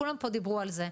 כולם פה דיברו על זה.